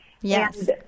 Yes